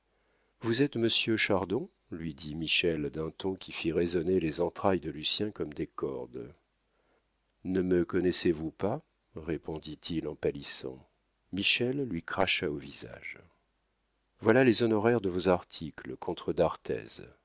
vous êtes monsieur chardon lui dit michel d'un ton qui fit résonner les entrailles de lucien comme des cordes ne me connaissez-vous pas répondit-il en pâlissant michel lui cracha au visage voilà les honoraires de vos articles contre d'arthez